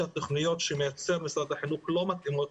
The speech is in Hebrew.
התכניות שמשרד החינוך מייצר לא מתאימות